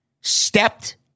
stepped